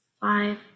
five